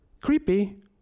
Creepy